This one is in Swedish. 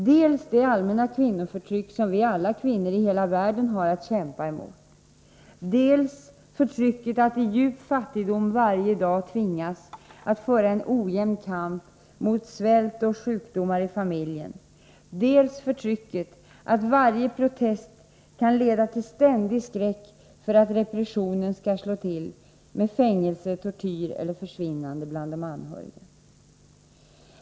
Det är dels det allmänna kvinnoförtryck som vi alla kvinnor i hela världen har att kämpa mot, dels förtrycket att i djup fattigdom varje dag tvingas föra en ojämn kamp mot svält och sjukdomar i familjen, och dels förtrycket att varje protest leder till ständig skräck för att repressionen skall slå till med fängelse, tortyr eller försvinnanden bland de anhöriga.